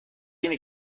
اینه